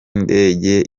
indege